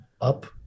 up